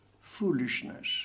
foolishness